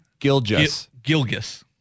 Gilgis